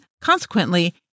consequently